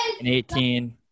18